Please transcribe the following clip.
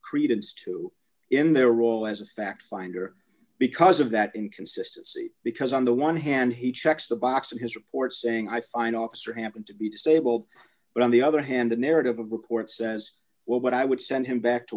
credence to in their role as a fact finder because of that inconsistency because on the one hand he checks the box in his report saying i find officer happened to be disabled but on the other hand the narrative of report says well what i would send him back to